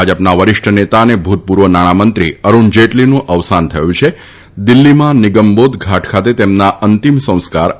ભાજપના વરીષ્ઠ નેતા અને ભૂતપૂર્વ નાણામંત્રી અરૂણ જેટલીનું અવસાન થયું છે દિલ્ફીમાં નિગમબોધ ઘાટ ખાતે તેમના અંતિમ સંસ્કાર આજે કરાશે